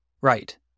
Right